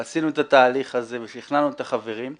ועשינו את התהליך הזה ושכנענו את החברים.